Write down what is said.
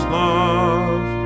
love